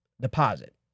deposit